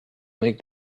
make